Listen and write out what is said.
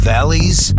Valley's